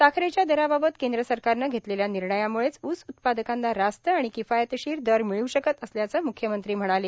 साखरेच्या दराबाबत केंद्र सरकारनं घेतलेल्या निर्णयामुळेच ऊस उत्पादकांना रास्त आणि किफायतशीर दर मिळू शकत असल्याचं म्ख्यमंत्री म्हणाले